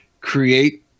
create